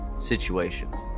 situations